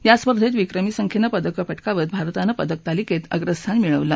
या स्पर्धेत विक्रमी संख्येनं पदकं पटकावतं भारतानं पदकतालिकेत अग्रस्थान मिळवलं